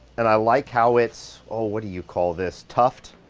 and i like how it's, oh, what do you call this tuft?